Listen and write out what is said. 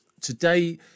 today